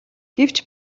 гэвч